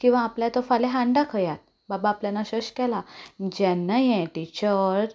किंवा आपल्याक तो फाल्यां हाडून दाखयात बाबा आपणान अशें अशें केलां जेन्ना हें टिचर